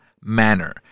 manner